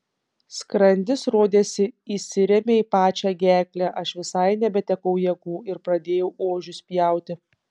skrandis rodėsi įsirėmė į pačią gerklę aš visai nebetekau jėgų ir pradėjau ožius pjauti